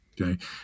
okay